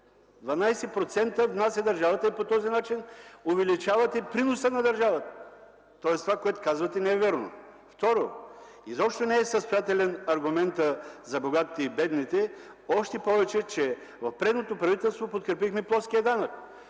внася държавата и по този начин увеличавате и приноса на държавата, тоест това, което казвате, не е вярно. Второ, изобщо не е състоятелен аргументът за богатите и бедните, още повече че в предното правителство подкрепихме плоския данък.